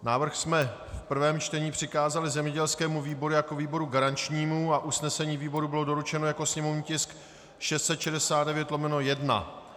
Návrh jsme v prvém čtení přikázali zemědělskému výboru jako výboru garančnímu a usnesení výboru bylo doručeno jako sněmovní tisk 669/1.